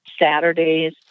Saturdays